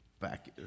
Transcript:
back